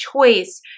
choice